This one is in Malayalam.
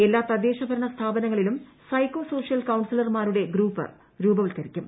എല്ലാ തദ്ദേശഭരണ സ്ഥാപനങ്ങളിലും സൈക്കോ സോഷ്യൽ കൌൺസലർമാരുടെ ഗ്രൂപ്പ് രൂപവത്കരിക്കും